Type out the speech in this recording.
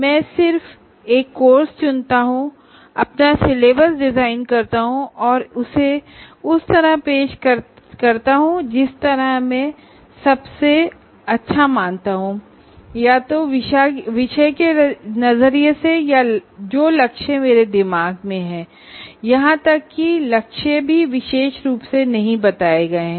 मैं सिर्फ एक कोर्स चुनता हूं अपना सिलेबस डिजाइन करता हूं और इसे उस तरह से पेश करता हूं जिस तरह से मैं सबसे अच्छा मानता हूं या तो विषय के नजरिए से या जो लक्ष्य मेरे दिमाग में हैं यहां तक कि लक्ष्य भी विशेष रूप से नहीं बताए गए हैं